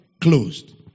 closed